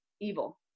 Evil